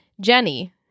Jenny